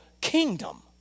kingdom